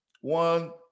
One